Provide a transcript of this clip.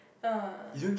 ah